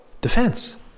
defense